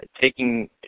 taking